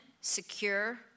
secure